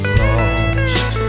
lost